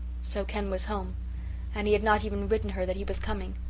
so ken was home and he had not even written her that he was coming.